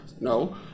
No